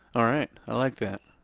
all right, i like that.